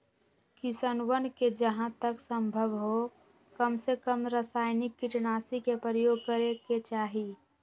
किसनवन के जहां तक संभव हो कमसेकम रसायनिक कीटनाशी के प्रयोग करे के चाहि